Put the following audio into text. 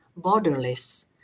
borderless